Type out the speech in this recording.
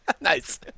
Nice